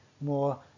more